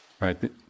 right